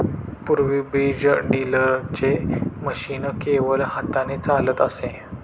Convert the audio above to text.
पूर्वी बीज ड्रिलचे मशीन केवळ हाताने चालत असे